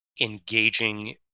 engaging